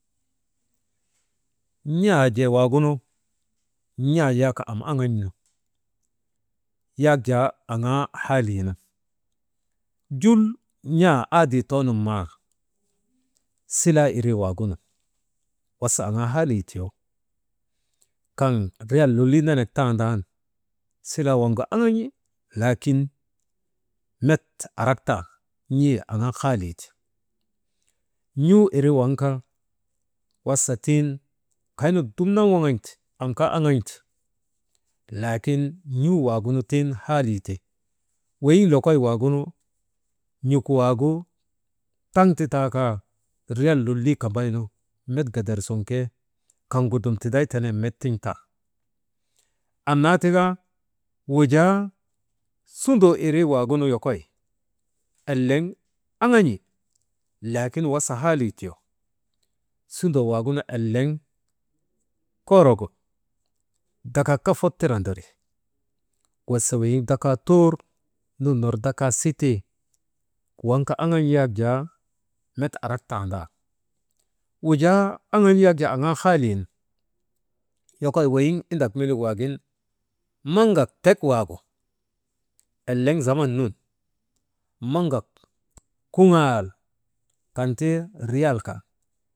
N̰aa jee waagunu n̰aa yak am aŋan̰nu yak jaa aŋaa haaliinu jul n̰aa aadee toonun ma silaa irii waagunun wasa aŋaa halii tiyo kaŋ riyal lolii nenek tandan, silaa waŋgu aŋan̰I laakin met arak tan n̰ee aŋaa haliiti. N̰aa irii waŋ kaa, wasa tiŋ kaynu dumnan waŋan̰ti, am kaa aŋan̰ti, laakin n̰uu waagunu tiŋ halii ti weyiŋ lokoywaagunu n̰uk waagu taŋ ti taakaa riyal lolii kambaynu met gedersun ke kaŋgu dum tiday tenen met tin̰tan. Annaa tika wujaa sundoo irii waagunu yokoy eleŋ aŋan̰i laakin wasa haalii tuyo. Sundoo waagunu eleŋ koorogu dakak ke fot tirandi, wasa weyiŋ dakaa tur nun ner dakaa sitii, waŋ kaa aŋan̰ yak jaa met arak tandaa. Wujaa aŋan̰i yak jaa aŋaa haalin yokoy weyin indak menik waagin maŋak tek waagu eleŋ zaman nun maŋ gak kuŋaal kan ti riyal kan.